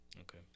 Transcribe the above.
Okay